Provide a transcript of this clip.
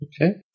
Okay